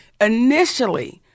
initially